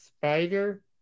spider